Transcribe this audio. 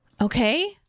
Okay